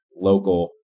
local